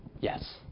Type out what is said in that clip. Yes